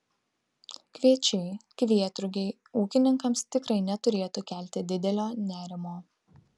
kviečiai kvietrugiai ūkininkams tikrai neturėtų kelti didelio nerimo